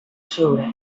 sobre